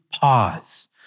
pause